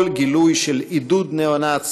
כל גילוי של עידוד ניאו-נאצי,